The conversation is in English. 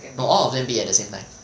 no all of them bid at the same time